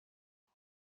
وقت